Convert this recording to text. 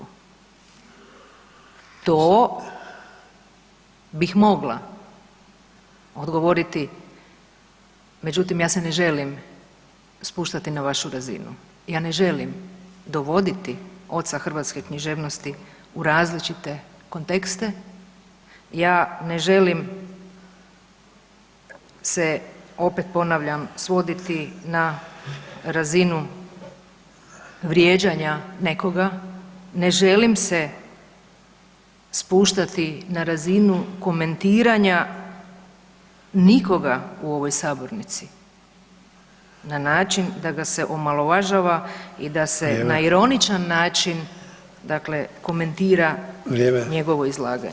To bih mogla odgovoriti, međutim ja se ne želim spuštati na vašu razinu, ja ne želim dovoditi oca hrvatske književnosti u različite kontekste, ja ne želim se, opet ponavljam, svoditi na razinu vrijeđanja nekoga, ne želim se spuštati na razinu komentiranja nikoga u ovoj sabornici na način da ga se omalovažava i da se [[Upadica: Vrijeme]] na ironičan način dakle komentira [[Upadica: Vrijeme]] njegovo izlaganje.